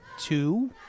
two